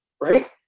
right